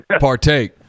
partake